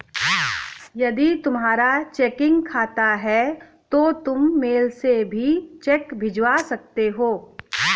यदि तुम्हारा चेकिंग खाता है तो तुम मेल से भी चेक भिजवा सकते हो